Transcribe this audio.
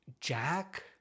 Jack